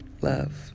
Love